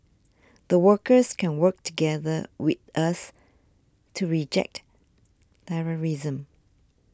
the workers can work together with us to reject terrorism